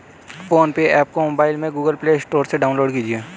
phone पे app को mobile में गूगल प्ले स्टोर से डाउनलोड कीजिए